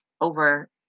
over